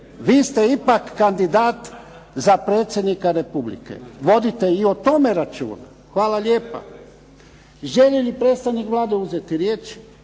Vi ste ipak kandidat za predsjednika Republike. Vodite i o tome računa. Hvala lijepa. Želi li predstavnik Vlade uzeti riječ?